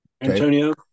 Antonio